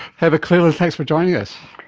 heather cleland, thanks for joining us.